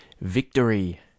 Victory